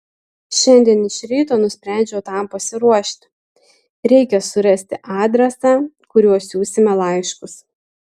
šiandien iš ryto nusprendžiau tam pasiruošti reikia surasti adresą kuriuo siųsime laiškus